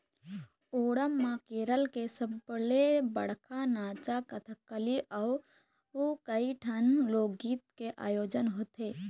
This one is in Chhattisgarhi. ओणम म केरल के सबले बड़का नाचा कथकली अउ कइठन लोकगीत के आयोजन होथे